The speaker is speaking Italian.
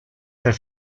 per